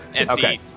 Okay